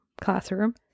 classroom